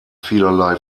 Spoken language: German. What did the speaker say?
vielerlei